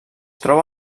troba